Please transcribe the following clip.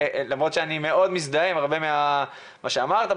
למרות שאני מאוד מזדהה עם הרבה ממה שאמרת,